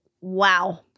Wow